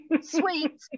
sweet